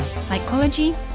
Psychology